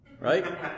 right